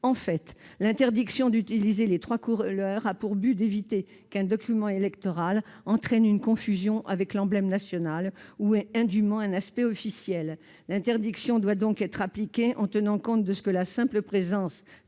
En fait, l'interdiction d'utiliser les trois couleurs a pour but d'éviter qu'un document électoral entraîne une confusion avec l'emblème national ou ait indûment un aspect officiel. L'interdiction doit donc être appliquée ... Merci !... en tenant compte de ce que la simple présence